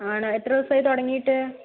ആണോ എത്ര ദിവസമായി തുടങ്ങിയിട്ട്